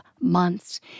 months